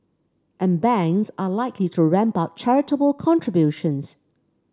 and banks are likely to ramp up charitable contributions